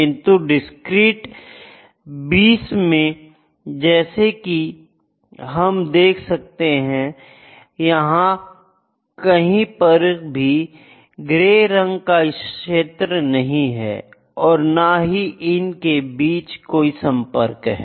किंतु discrete beams में जैसा कि हम देख सकते हैं यहां कहीं पर भी ग्रे रंग का क्षेत्र नहीं है और ना ही इनके बीच कोई संपर्क है